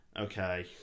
okay